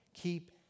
keep